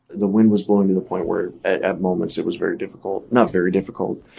the wind was blowing the point where at moments it was very difficult not very difficult,